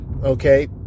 okay